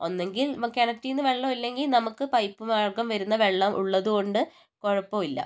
ഒന്നെങ്കിൽ നമക്ക് കിണറ്റിൽ നിന്ന് വെള്ളം അല്ലെങ്കിൽ നമുക്ക് പൈപ്പ് മാർഗ്ഗം വരുന്ന വെള്ളം ഉള്ളതുകൊണ്ട് കുഴപ്പമില്ല